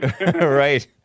Right